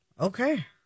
okay